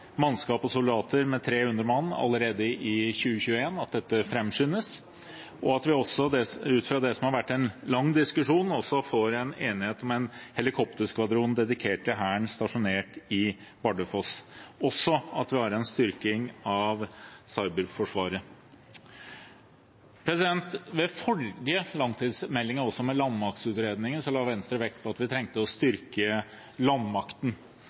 mannskap og soldater med 300 mann, allerede i 2021, at dette framskyndes, og at vi, etter det som har vært en lang diskusjon, får enighet om en helikopterskvadron som er dedikert til Hæren og stasjonert i Bardufoss. Vi er også fornøyd med at vi får en styrking av Cyberforsvaret. Ved behandlingen av forrige langtidsplan og også ved behandlingen av landmaktutredningen la Venstre vekt på at vi trengte å styrke landmakten.